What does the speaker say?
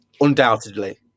undoubtedly